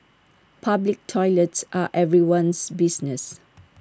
public toilets are everyone's business